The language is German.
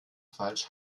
falsch